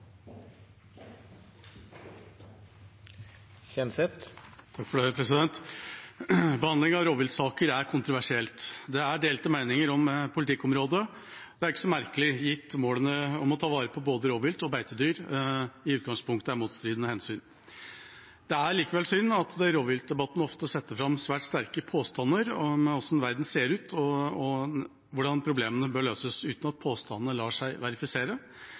kontroversielt. Det er delte meninger om politikkområdet. Det er ikke så merkelig, gitt at målene om å ta vare på både rovvilt og beitedyr i utgangspunktet er motstridende hensyn. Det er likevel synd at man i rovviltdebatten ofte setter fram svært sterke påstander om hvordan verden ser ut, og hvordan problemene bør løses, uten at påstandene lar seg verifisere,